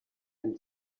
and